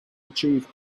achieve